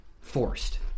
forced